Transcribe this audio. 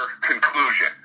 conclusion